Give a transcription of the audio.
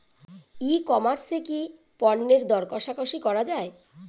ই commerce এ কি পণ্যের দর কশাকশি করা য়ায়?